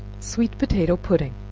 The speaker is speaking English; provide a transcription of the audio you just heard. sweet potato pudding.